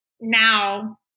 now